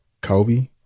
Kobe